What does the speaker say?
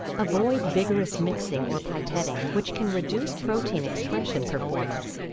avoid vigorous mixing or pipetting which can reduce protein expression performance.